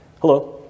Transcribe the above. Hello